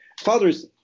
fathers